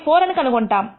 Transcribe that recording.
4 అని కనుగొంటాము